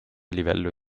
livello